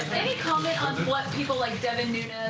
any comment on what people like devin nunes,